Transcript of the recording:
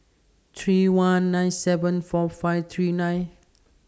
three one nine seven four five three nine